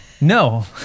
No